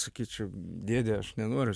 sakyčiau dėde aš nenoriu